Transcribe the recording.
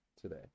today